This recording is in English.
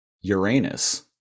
Uranus